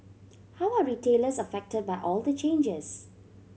how are retailers affected by all the changes